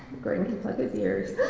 gordon can plug his ears